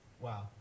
Wow